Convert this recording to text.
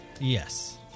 Yes